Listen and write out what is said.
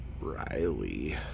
Riley